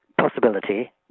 possibility